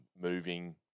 moving